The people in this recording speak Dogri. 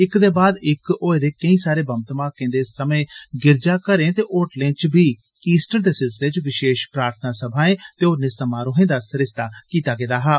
इक दे बाद इक होए दे कैंई सारे बम्ब धमाकें दे समे गिरजाघरें ते होटलें च बी ईस्टर दे सिलसिले च विशेष प्रार्थना संभाए दे होरने समारोहैं दा सरिस्ता कीता गेदा हा